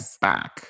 back